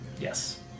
Yes